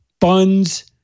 buns